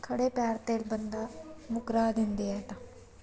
ਖੜ੍ਹੇ ਪੈਰ 'ਤੇ ਬੰਦਾ ਮੁਕਰਾ ਦਿੰਦੇ ਇਹ ਤਾਂ